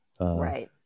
Right